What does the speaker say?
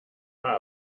mal